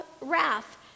wrath